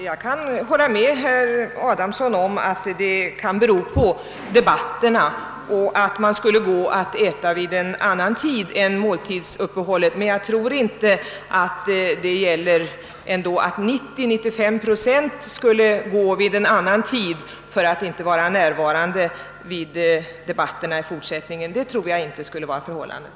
Herr talman! Jag håller med herr Adamsson om att den stora frånvaron kan bero på debatterna och att ledamöterna kanske skulle gå och äta vid en annan tid än under ett fastställt lunchuppehåll, men jag tror ändå inte att 90—95 procent av ledamöterna skulle göra det och därför vara frånvarande vid debatterna i fortsättningen av dagen.